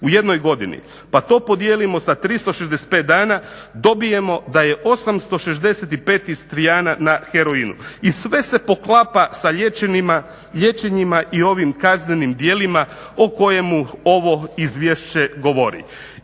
u jednoj godini. Pa to podijelimo sa 365 dana, dobijemo da je 865 istrijana na heroinu. I sve se poklapa sa liječenjima i ovim kaznenim djelima o kojemu ovo izvješće govori.